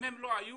אם הם לא היו